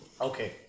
Okay